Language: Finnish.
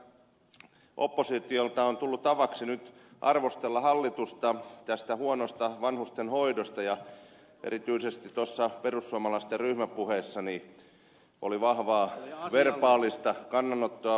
mutta olen vaan ihmetellyt että oppositiolle on tullut tavaksi nyt arvostella hallitusta tästä huonosta vanhustenhoidosta ja erityisesti tuossa perussuomalaisten ryhmäpuheessa oli vahvaa verbaalista kannanottoa